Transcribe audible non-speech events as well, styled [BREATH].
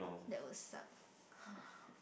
that will suck [BREATH]